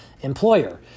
employer